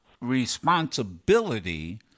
responsibility